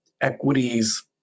equities